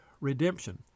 redemption